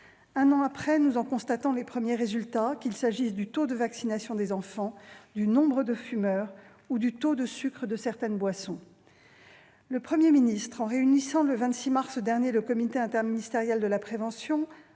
Un an après, nous en constatons les premiers résultats, qu'il s'agisse du taux de vaccination des enfants, du nombre de fumeurs ou du taux de sucre dans certaines boissons. Le Premier ministre, en réunissant le 26 mars dernier le comité interministériel de la prévention,